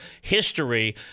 history